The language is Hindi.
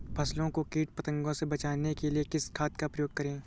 फसलों को कीट पतंगों से बचाने के लिए किस खाद का प्रयोग करें?